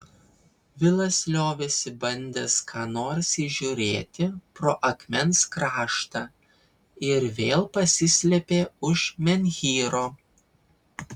vilas liovėsi bandęs ką nors įžiūrėti pro akmens kraštą ir vėl pasislėpė už menhyro